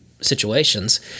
situations